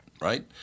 right